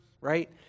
right